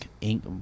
ink